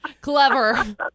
Clever